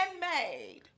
made